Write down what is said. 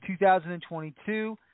2022